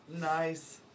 Nice